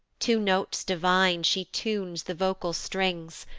to notes divine she tunes the vocal strings,